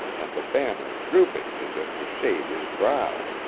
and the banner drooping as if to shade his brow!